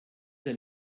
der